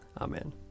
Amen